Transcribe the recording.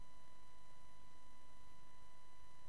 אני